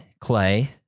Clay